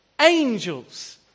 Angels